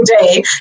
day